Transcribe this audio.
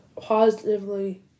positively